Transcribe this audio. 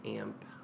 AMP